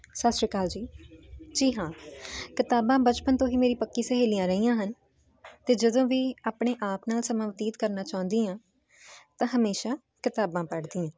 ਸਤਿ ਸ਼੍ਰੀ ਅਕਾਲ ਜੀ ਹਾਂ ਕਿਤਾਬਾਂ ਬਚਪਨ ਤੋਂ ਹੀ ਮੇਰੀ ਪੱਕੀ ਸਹੇਲੀਆਂ ਰਹੀਆਂ ਹਨ ਤੇ ਜਦੋਂ ਵੀ ਆਪਣੇ ਆਪ ਨਾਲ ਸਮਾਂ ਬਤੀਤ ਕਰਨਾ ਚਾਹੁੰਦੀ ਆਂ ਤਾਂ ਹਮੇਸ਼ਾ ਕਿਤਾਬਾਂ ਪੜ੍ਹਦੀ ਆ